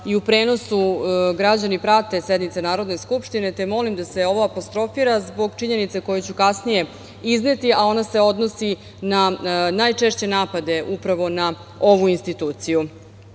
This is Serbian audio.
i u prenosu građani prate sednice Narodne skupštine, te molim da se ovo apostrofira zbog činjenice koje ću kasnije izneti, a ona se odnosi na najčešće napade upravo na ovu instituciju. Dakle,